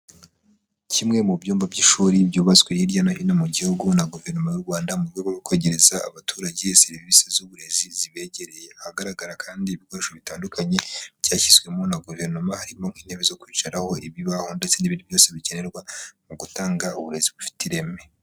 Kimwe mu byumba by'ishuri byubatswe hirya no hino mu gihugu na guverinoma y'u Rwanda, mu rwego rwo kwegereza abaturage serivisi z'uburezi zibegereye, ahagaragara kandi ibikoresho bitandukanye byashyizwemo na guverinoma, harimo nk'intebe zo kwicaraho, ibibaho ndetse n'ibindi byose bikenerwa mu gutanga uburezi bufite ireme.